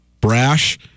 brash